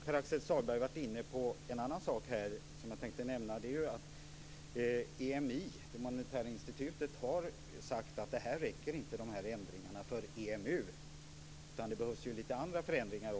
Pär Axel Sahlberg har också varit inne på en annan sak som jag tänkte nämna. EMI, det monetära institutet, har sagt att dessa ändringar inte räcker för EMU. Det behövs även andra förändringar.